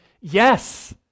Yes